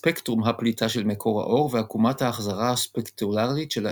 הפליטה של מקור האור ועקומת ההחזרה הספקטרלית של העצם.